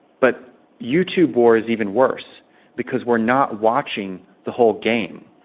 but youtube war is even worse because we're not watching the whole game.